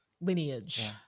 lineage